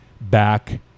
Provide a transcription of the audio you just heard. back